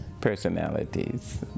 personalities